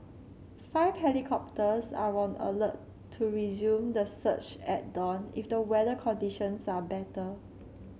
five helicopters are on alert to resume the search at dawn if the weather conditions are better